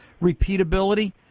repeatability